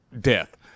death